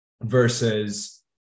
versus